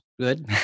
Good